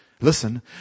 listen